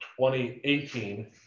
2018